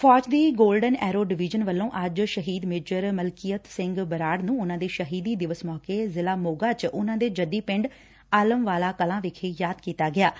ਫੌਜ ਦੀ golden arrow division ਵੱਲੋ ਅੱਜ ਸ਼ਹੀਦ ਮੇਜਰ ਮਲਕੀਅਤ ਸਿੰਘ ਬਰਾੜ ਨੂੰ ਉਨੂਾ ਦੇ ਸ਼ਹੀਦੀ ਦਿਵਸ ਮੌਕੇ ਜ਼ਿਲ੍ਹਾ ਮੋਗਾ ਚ ਉਨ੍ਹਾਂ ਦੇ ਜੱਦੀ ਪਿਮਡ ਆਲਮਵਾਲਾ ਕਲਾਂ ਵਿਖੇ ਯਾਦ ਕੀਤਾ ਗਿਆਂ